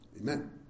amen